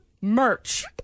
merch